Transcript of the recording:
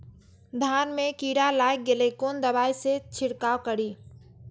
धान में कीरा लाग गेलेय कोन दवाई से छीरकाउ करी?